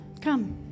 come